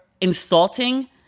insulting